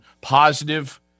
positive